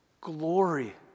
glory